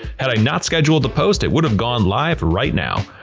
had i not scheduled the post it would've gone live right now,